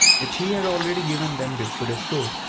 which he had already given them before the show.